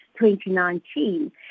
2019